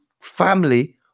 family